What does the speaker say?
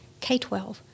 K-12